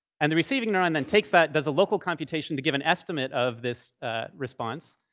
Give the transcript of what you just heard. and the receiving neuron then takes that, does a local computation to give an estimate of this response.